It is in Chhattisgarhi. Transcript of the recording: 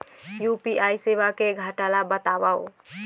यू.पी.आई सेवा के घाटा ल बतावव?